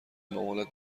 مامانت